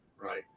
Right